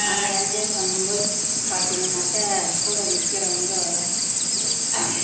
ஆனால் என்ஜாய் பண்ணும் போது பார்த்தீங்கன்னாக்கா கூட நிற்கிறவுங்க